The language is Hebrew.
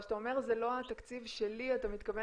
אבל כשאתה אומר ש'זה לא התקציב שלי' אתה מתכוון